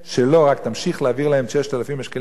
רק תמשיך להעביר להם את 6,000 השקלים כל חודש,